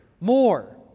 more